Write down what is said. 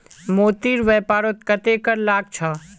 मोतीर व्यापारत कत्ते कर लाग छ